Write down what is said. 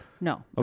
No